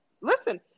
Listen